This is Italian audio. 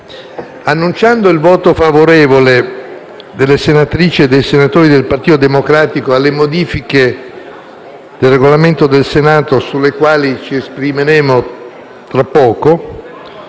dichiarando il voto favorevole delle senatrici e dei senatori del Partito Democratico alle modifiche del Regolamento del Senato sulle quali ci esprimeremo tra poco,